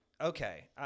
okay